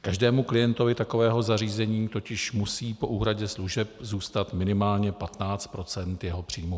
Každému klientovi takového zařízení totiž musí po úhradě služeb zůstat minimálně 15 % jeho příjmu.